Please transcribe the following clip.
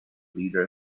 leader